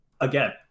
Again